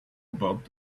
about